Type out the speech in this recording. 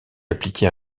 appliquée